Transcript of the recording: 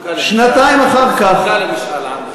שנתיים אחר כך, מפלגת העבודה זקוקה למשאל עם.